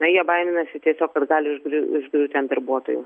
jie baiminasi tiesiog kad gali užgriu užgriūti ant darbuotojų